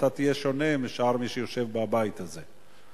שאתה תהיה שונה משאר מי שיושב בבית הזה.